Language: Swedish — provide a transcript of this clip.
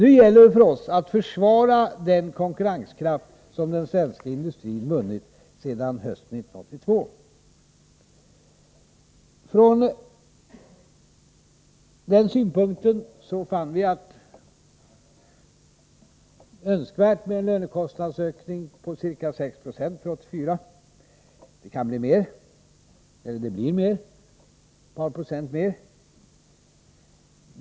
Nu gäller det för oss att försvara den konkurrenskraft som den svenska industrin vunnit sedan hösten 1982. Från den synpunkten sett har vi funnit det vara önskvärt med en lönekostnadsökning på ca 6 90 för 1984. Det kan bli mer, eller rättare sagt: Det blir mer — ett par procent mer.